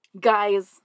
guys